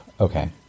Okay